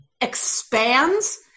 expands